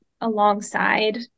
alongside